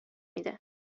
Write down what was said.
میده